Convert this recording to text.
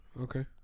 Okay